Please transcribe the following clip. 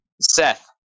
Seth